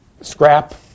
scrap